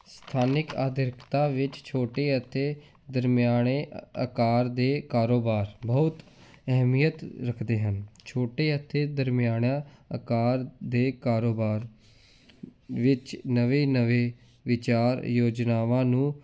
ਸਥਾਨਿਕ ਆਰਥਿਕਤਾ ਵਿੱਚ ਛੋਟੇ ਅਤੇ ਦਰਮਿਆਨੇ ਆਕਾਰ ਦੇ ਕਾਰੋਬਾਰ ਬਹੁਤ ਅਹਿਮੀਅਤ ਰੱਖਦੇ ਹਨ ਛੋਟੇ ਅਤੇ ਦਰਮਿਆਨਾ ਆਕਾਰ ਦੇ ਕਾਰੋਬਾਰ ਵਿੱਚ ਨਵੇਂ ਨਵੇਂ ਵਿਚਾਰ ਯੋਜਨਾਵਾਂ ਨੂੰ